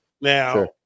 Now